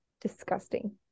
disgusting